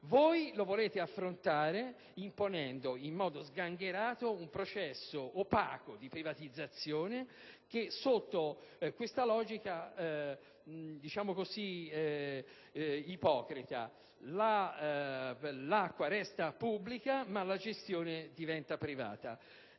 voi lo volete affrontare imponendo in modo sgangherato un processo opaco di privatizzazione sotto la logica ipocrita secondo cui l'acqua resta pubblica ma la gestione diventa privata.